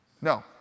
No